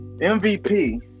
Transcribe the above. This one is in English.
MVP